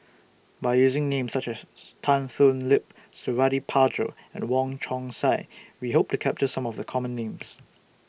By using Names such as Tan Thoon Lip Suradi Parjo and Wong Chong Sai We Hope to capture Some of The Common Names